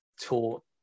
taught